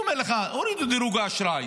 הוא אומר לך: הורידו את דירוג האשראי,